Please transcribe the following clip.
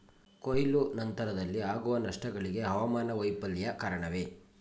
ಕೊಯ್ಲು ನಂತರದಲ್ಲಿ ಆಗುವ ನಷ್ಟಗಳಿಗೆ ಹವಾಮಾನ ವೈಫಲ್ಯ ಕಾರಣವೇ?